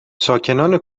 ساکنان